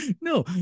No